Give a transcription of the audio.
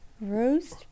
Roast